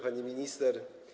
Pani Minister!